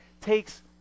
takes